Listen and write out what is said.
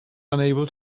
unable